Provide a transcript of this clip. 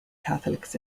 catholics